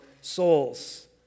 souls